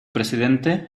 presidente